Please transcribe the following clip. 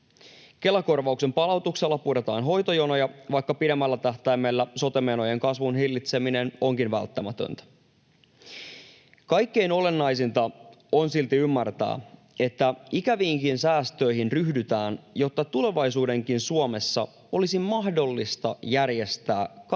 Kela-korvauksen palautuksella puretaan hoitojonoja, vaikka pidemmällä tähtäimellä sote-menojen kasvun hillitseminen onkin välttämätöntä. Kaikkein olennaisinta on silti ymmärtää, että ikäviinkin säästöihin ryhdytään, jotta tulevaisuudenkin Suomessa olisi mahdollista järjestää kattavat